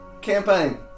campaign